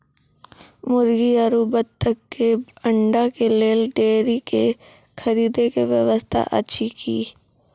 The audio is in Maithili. मुर्गी आरु बत्तक के अंडा के लेल डेयरी के खरीदे के व्यवस्था अछि कि?